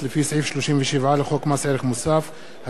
התשל"ו 1975. תודה.